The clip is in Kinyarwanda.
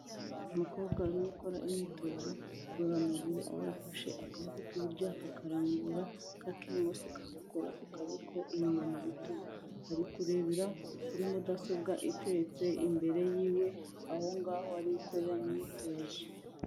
Umukobwa ari gukora imyitozo ngororamubu aho yafashe akaboko k'iburyo akakararambura, ak'ibumoso kagakora ku kaboko inyuma mu bitugu, ari kurebera kuri mudasobwa iteretse imbere y'iwe aho ngaho ari gukora imyitozo.